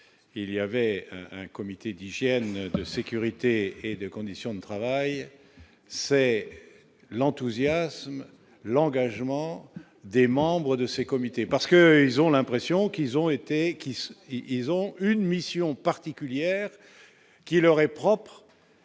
il y avait un comité d'hygiène, de sécurité et des conditions de travail, c'est l'enthousiasme. L'engagement des membres de ses comités, parce qu'ils ont l'impression qu'ils ont été, qui, s'ils ont une mission particulière qui leur est propre